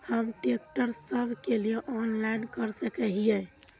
हम ट्रैक्टर सब के लिए ऑनलाइन कर सके हिये?